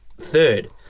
third